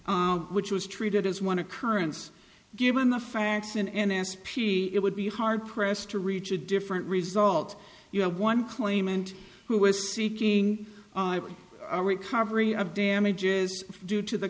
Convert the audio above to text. which was treated as one occurrence given the facts in an s p it would be hard pressed to reach a different result you have one claimant who is seeking a recovery of damages due to the